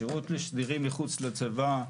שירות לסדירים מחוץ לצבא,